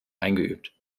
eingeübt